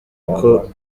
uko